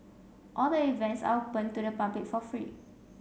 all the events are open to the public for free